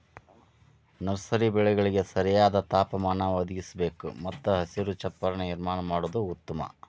nursery ಬೆಳೆಗಳಿಗೆ ಸರಿಯಾದ ತಾಪಮಾನ ಒದಗಿಸಬೇಕು ಮತ್ತು ಹಸಿರು ಚಪ್ಪರ ನಿರ್ಮಾಣ ಮಾಡುದು ಉತ್ತಮ